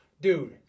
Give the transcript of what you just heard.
Dude